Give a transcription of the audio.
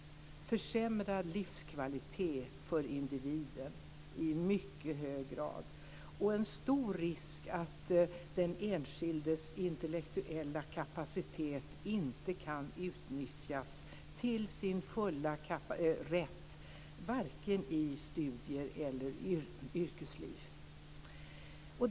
Det handlar i mycket hög grad om försämrad livskvalitet för individen och om en stor risk att den enskildes intellektuella kapacitet inte kan utnyttjas till sin fulla rätt vare sig i studier eller i yrkesliv.